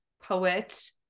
poet